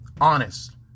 honest